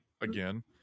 again